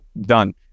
done